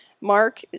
Mark